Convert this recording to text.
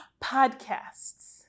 podcasts